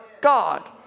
God